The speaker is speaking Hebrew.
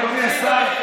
אדוני השר,